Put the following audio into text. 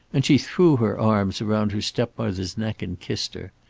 and she threw her arms round her step-mother's neck and kissed her.